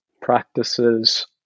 practices